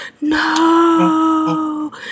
no